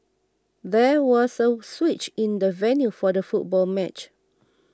there was a switch in the venue for the football match